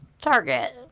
Target